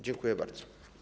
Dziękuję bardzo.